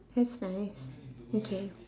that's nice okay